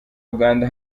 uganda